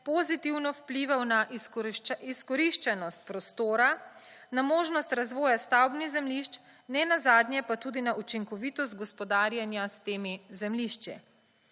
pozitivno vplival na izkoriščenost prostora, na možnost razvoja stavbnih zemljišč, nenazadnje pa tudi na učinkovitost gospodarjenja s temi zemljišči.